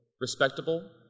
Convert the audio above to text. respectable